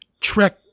Trek